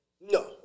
No